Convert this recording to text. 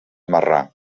marrà